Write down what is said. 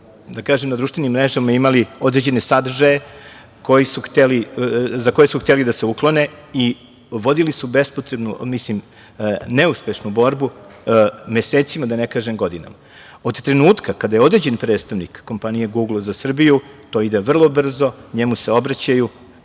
da kažem, na društvenim mrežama imali određene sadržaje za koje su hteli da se uklone i vodili su bespotrebnu, mislim, neuspešnu borbu mesecima, da ne kažem godinama. Od trenutka kada je određen predstavnik kompanije Gugl za Srbiju, to ide vrlo brzo, njemu se obraćaju